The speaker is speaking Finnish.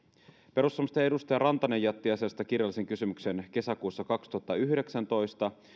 perussuomalaisten edustaja rantanen jätti asiasta kirjallisen kysymyksen kesäkuussa kaksituhattayhdeksäntoista